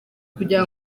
kugira